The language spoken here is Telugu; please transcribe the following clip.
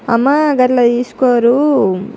అమ్మా గట్ల తీసుకోరు